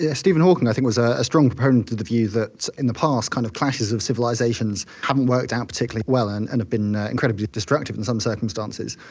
yeah stephen hawking i think was ah a strong proponent of the view that in the past, kind of clashes of civilisations haven't worked out particularly well and and have been incredibly destructive in some circumstances.